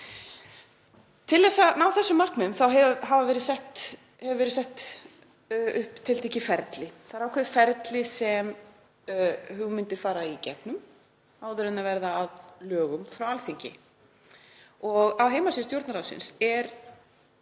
Til að ná þessum markmiðum hefur verið sett upp tiltekið ferli. Það er ákveðið ferli sem hugmyndir fara í gegnum áður en þær verða að lögum frá Alþingi. Á heimasíðu Stjórnarráðsins er